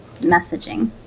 messaging